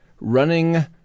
running